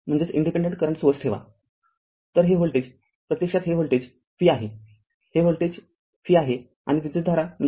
तर हे व्होल्टेज प्रत्यक्षात हे व्होल्टेज r V आहे हे व्होल्टेज V आहे आणि विद्युतधारा i